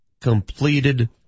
completed